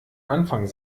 anfang